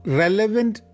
relevant